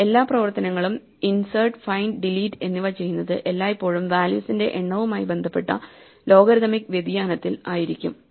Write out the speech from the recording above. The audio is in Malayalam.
എല്ലാ പ്രവർത്തനങ്ങളും ഇൻസേർട്ട് ഫൈൻഡ് ഡിലീറ്റ് എന്നിവ ചെയ്യുന്നത് എല്ലായ്പ്പോഴും വാല്യൂസിന്റെ എണ്ണവുമായി ബന്ധപ്പെട്ട ലോഗരിഥമിക് വ്യതിയാനത്തിൽ ആയിരിക്കും